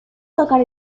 tocar